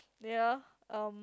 ya um